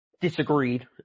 disagreed